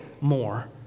more